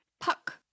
puck